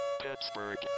Pittsburgh